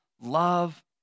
love